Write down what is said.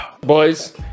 Boys